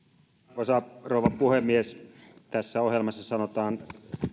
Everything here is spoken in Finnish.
arvoisa rouva puhemies tässä ohjelmassa sanotaan